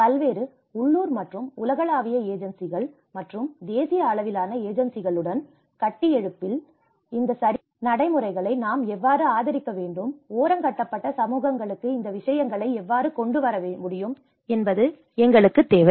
பல்வேறு உள்ளூர் மற்றும் உலகளாவிய ஏஜென்சிகள் மற்றும் தேசிய அளவிலான ஏஜென்சிகளுடன் கட்டியெழுப்புதல் இந்த சரியான நடைமுறைகளை நாம் எவ்வாறு ஆதரிக்க வேண்டும் ஓரங்கட்டப்பட்ட சமூகங்களுக்கு இந்த விஷயங்களை எவ்வாறு கொண்டு வர முடியும் என்பது எங்களுக்குத் தேவை